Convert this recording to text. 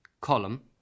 column